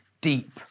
deep